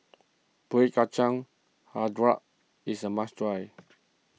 Kueh Kacang HiJau is a must try